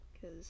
cause